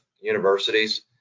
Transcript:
universities